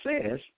says